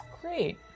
Great